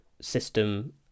system